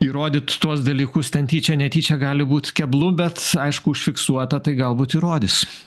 įrodyt tuos dalykus ten tyčia netyčia gali būt keblu bet aišku užfiksuota tai galbūt įrodys